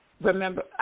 remember